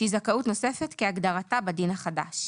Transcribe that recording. שהיא זכאות נוספת כהגדרתה בדין החדש,